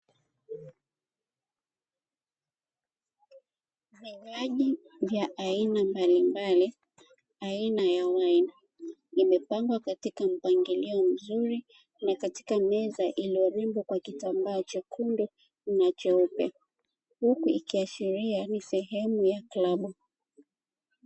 Vinywaji vya aina mbalimbali aina ya (wine) vimepangwa katika mpangilio mzuri na katika meza iliyojengwa kwa kitambaa chekundu na cheupe huku iliashiria ni sehemu ya klabu.